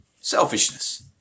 selfishness